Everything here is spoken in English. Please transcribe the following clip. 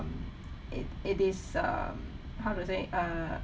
it it is um how to say err